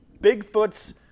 Bigfoot's